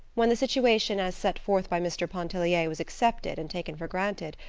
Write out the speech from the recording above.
when the situation as set forth by mr. pontellier was accepted and taken for granted,